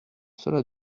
cela